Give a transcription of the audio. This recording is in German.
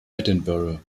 edinburgh